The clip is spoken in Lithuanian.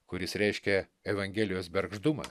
kuris reiškia evangelijos bergždumą